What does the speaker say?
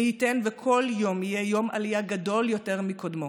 מי ייתן וכל יום יהיה יום עלייה גדול יותר מקודמו.